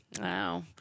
Wow